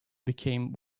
became